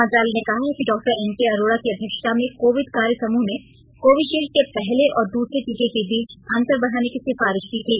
मंत्रालय ने कहा है कि डॉक्टर एन के अरोडा की अध्यक्षता में कोविड कार्य समूह ने कोविशील्ड के पहले और दूसरे टीके के बीच अंतर बढाने की सिफारिश की थी